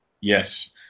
Yes